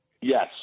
Yes